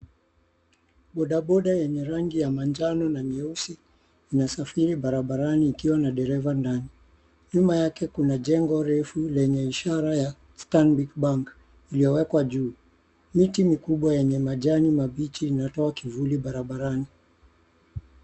Bodaboda yenye rangi ya manjano na nyeusi, inasafiri barabarani ikiwa na dereva ndani. Nyuma yake kuna jengo refu lenye ishara ya Stanbic Bank iliowekwa juu. Miti mikubwa yenye majani mabichi inatoa kivuli barabarani.